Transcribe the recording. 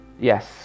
yes